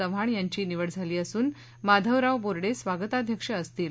चव्हाण यांची निवड झाली असून माधवराव बोर्डे स्वागताध्यक्ष असतील